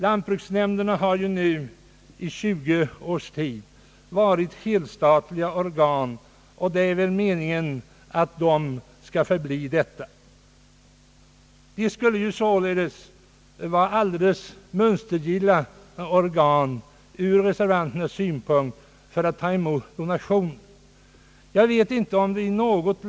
Jag vill då erinra om att lantbruksnämnderna i tjugo års tid har varit helstatliga organ och att det väl är meningen att de skall förbli detta. Då skulle de ju vara mönstergilla organ ur reservan ternas synpunkt också när det gäller att ta emot donationer.